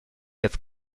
jetzt